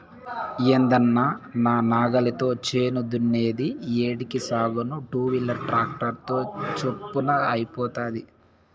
ఏందన్నా నా నాగలితో చేను దున్నేది ఏడికి సాగేను టూవీలర్ ట్రాక్టర్ తో చప్పున అయిపోతాది